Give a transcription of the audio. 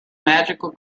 magical